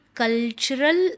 cultural